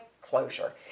closure